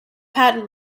patent